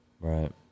Right